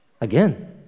again